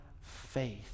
faith